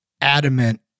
adamant